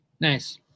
nice